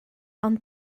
ond